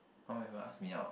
one member ask me out